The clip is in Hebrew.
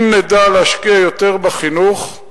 אם נדע להשקיע יותר בחינוך,